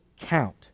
count